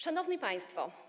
Szanowni Państwo!